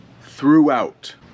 throughout